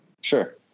Sure